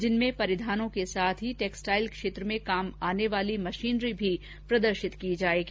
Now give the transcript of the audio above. जिनमें परिधानों के साथ ही टैक्सटाइल क्षेत्र में काम आने वाली मशीनरी भी प्रदर्शित की जाएगी